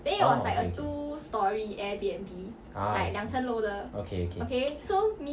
orh okay ah okay okay